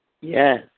Yes